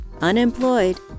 unemployed